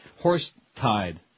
horse-tied